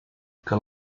que